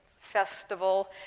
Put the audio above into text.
festival